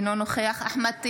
אינו נוכח אחמד טיבי,